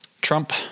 Trump-